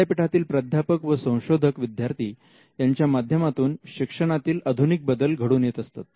विद्यापीठातील प्राध्यापक व संशोधक विद्यार्थी यांच्या माध्यमातून शिक्षणातील आधुनिक बदल घडून येत असतात